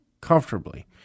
comfortably